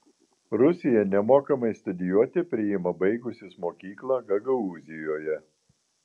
rusija nemokamai studijuoti priima baigusius mokyklą gagaūzijoje